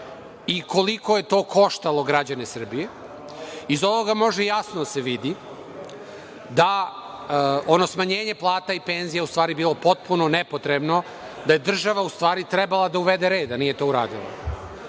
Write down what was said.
i koliko je to koštalo građane Srbije. Iz ovoga može jasno da se vidi da je ono smanjenje plata i penzija u stvari bilo potpuno nepotrebno, da je država u stvari trebala da uvede red, a nije to